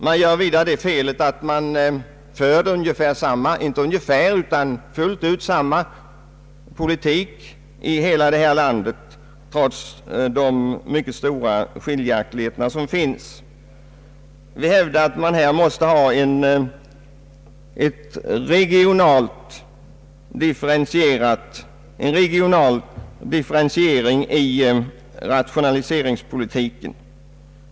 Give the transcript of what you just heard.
Man gör vidare det felet att man för fullt ut samma politik i hela landet, trots de mycket stora skiljaktigheter som finns. Vi hävdar att det krävs en regional differentiering i rationaliseringspolitiken.